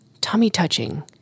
tummy-touching